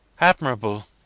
Admirable